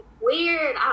weird